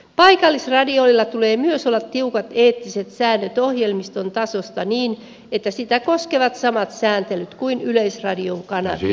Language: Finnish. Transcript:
paikallisradioilla tulee myös olla tiukat eettiset säännöt ohjelmiston tasosta niin että sitä koskevat samat sääntelyt kuin yleisradion kanavia